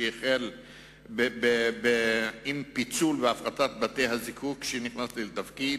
שהחל בפיצול והפחתת בתי-הזיקוק כשנכנסתי לתפקיד,